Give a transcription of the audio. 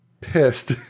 pissed